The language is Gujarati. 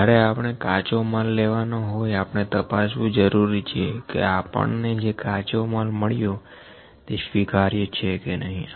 જયારે આપણે કાચો માલ લેવાનો હોય આપણે તપાસવું જરૂરી છે કે આપણને જે કાચો માલ મળ્યો તે સ્વીકાર્ય છે કે નહીં